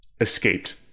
escaped